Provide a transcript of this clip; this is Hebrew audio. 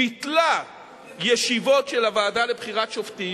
ביטלה ישיבות של הוועדה לבחירת שופטים,